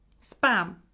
Spam